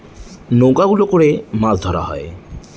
নৌকা গুলো করে মাছ ধরা হয়